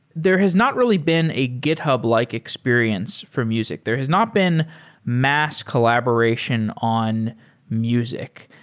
there has not really been a github-like experience for music. there has not been mass collaboration on music.